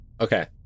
okay